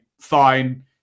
fine